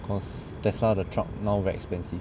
because Tesla 的 truck now very expensive